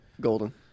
Golden